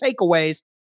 takeaways